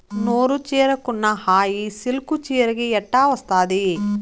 నూరు చీరకున్న హాయి సిల్కు చీరకు ఎట్టా వస్తాది